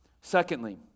Secondly